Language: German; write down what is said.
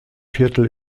viertel